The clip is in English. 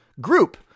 group